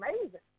amazing